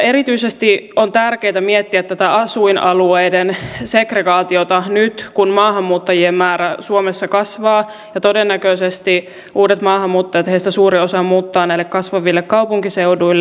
erityisesti on tärkeää miettiä tätä asuinalueiden segregaatiota nyt kun maahanmuuttajien määrä suomessa kasvaa ja todennäköisesti suurin osa uusista maahanmuuttajista muuttaa näille kasvaville kaupunkiseuduille